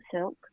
silk